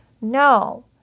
No